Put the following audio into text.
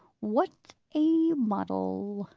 what a model!